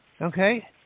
okay